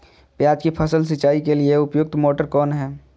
प्याज की फसल सिंचाई के लिए उपयुक्त मोटर कौन है?